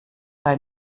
bei